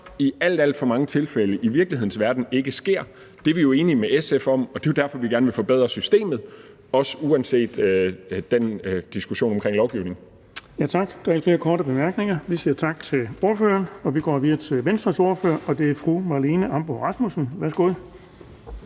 alt for mange tilfælde i virkelighedens verden ikke sker, er vi enige med SF om, og det er jo derfor, vi gerne vil forbedre systemet, også uanset den diskussion omkring lovgivning. Kl. 16:26 Den fg. formand (Erling Bonnesen): Tak. Der er ikke flere korte bemærkninger. Vi siger tak til ordføreren, og vi går videre til Venstres ordfører, og det er fru Marlene Ambo-Rasmussen. Værsgo.